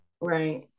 right